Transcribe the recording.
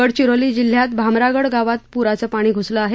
गडचिरोली जिल्ह्यात भामरागड गावात पुराचं पाणी घुसलं आहे